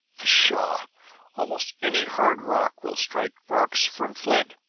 pshaw! almost any hard rock will strike sparks from flint!